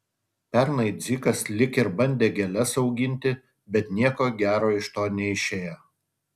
pernai dzikas lyg ir bandė gėles auginti bet nieko gero iš to neišėjo